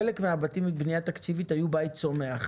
חלק מן הבתים בבנייה תקציבית היו בית צומח.